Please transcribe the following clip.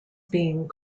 being